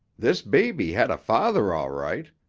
this baby had a father all right,